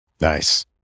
Nice